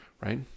right